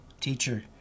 teacher